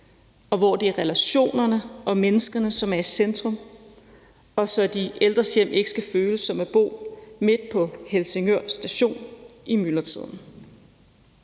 og hvor det er relationerne og menneskerne, som er i centrum, og også så de ældres hjem ikke skal føles som at bo midt på Helsingør Station i myldretiden.